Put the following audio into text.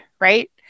Right